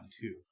two